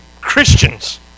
Christians